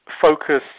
focus